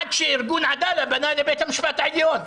עד שארגון עדאלה פנה לבית המשפט העליון.